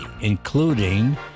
including